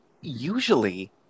Usually